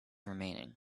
remaining